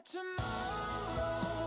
Tomorrow